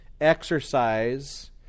exercise